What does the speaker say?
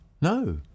No